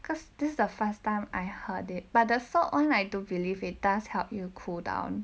cause this is the first time I heard it but the salt [one] I don't believe it does help you cool down